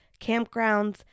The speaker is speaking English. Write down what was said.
campgrounds